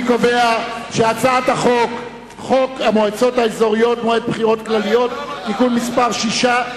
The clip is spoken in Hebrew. אני קובע שחוק המועצות האזוריות (מועד בחירות כלליות) (תיקון מס' 6),